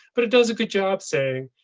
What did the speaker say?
but it does a good job saying,